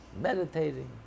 meditating